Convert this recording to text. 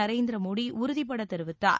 நநேந்திரமோடி உறுதிபடத் தெரிவித்தார்